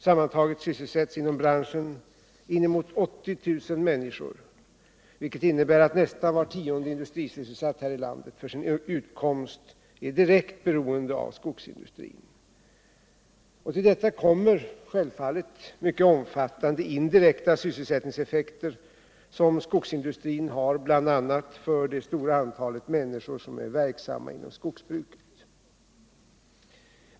Sammantaget sysselsätts inom branschen inemot 80 000 människor, vilket innebär att nästan var tionde industrisysselsatt här i landet för sin utkomst är direkt beroende av skogsindustrin. Till detta kommer självfallet mycket omfattande indirekta sysselsättningseffekter som skogsindustrin har bl.a. för det stora antalet människor som är verksamma inom skogsbruket.